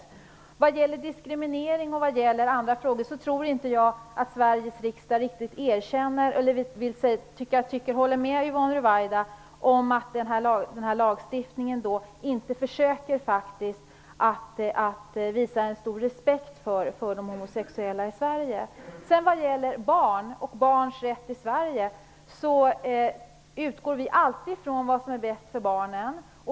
Yvonne Ruwaida talade om diskriminering, men jag tror inte att riksdagen i stort håller med henne om att lagstiftningen inte visar en stor respekt för de homosexuella i Sverige. Vad gäller barnens rätt vill jag säga att vi alltid utgår från vad som är bäst för barnen.